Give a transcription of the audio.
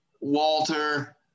Walter